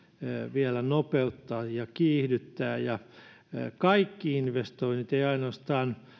vielä nopeuttaa ja kiihdyttää kaikki investoinnit eivät ainoastaan